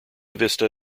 vista